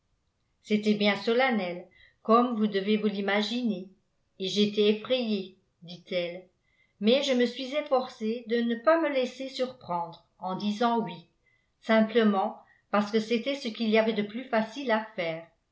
c'était bien solennel comme vous devez vous l'imaginer et j'étais effrayée dit-elle mais je me suis efforcée de ne pas me laisser surprendre en disant oui simplement parce que c'était ce qu'il y avait de plus facile à faire